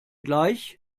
gleich